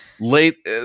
late